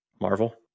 Marvel